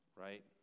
right